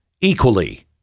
equally